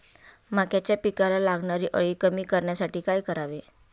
मक्याच्या पिकाला लागणारी अळी कमी करण्यासाठी काय करावे?